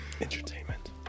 Entertainment